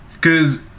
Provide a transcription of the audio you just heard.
cause